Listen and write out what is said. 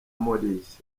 maurice